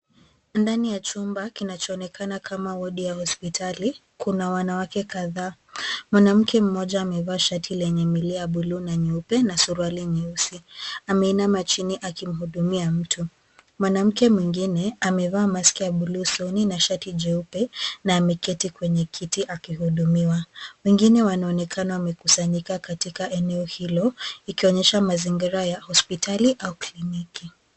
Ndani ya chumba kinachoonekana kama wodi ya hospitali, kuna wanawake kadhaa. Mwanamke mmoja amevaa shati lenye milia ya buluu na nyeupe, na suruali nyeusi. Ameinama chini akimhudumia mtu. Mwanamke mwingine, amevaa maski ya buluu soni na shati jeupe, na ameketi kwenye kiti akihudumiwa. Wengine wanaonekana wamekusanyika katika eneo hilo, ikionyesha mazingira ya hospitali au kliniki.